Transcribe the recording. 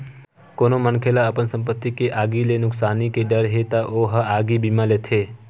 कोनो मनखे ल अपन संपत्ति के आगी ले नुकसानी के डर हे त ओ ह आगी बीमा लेथे